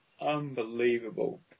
unbelievable